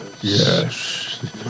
Yes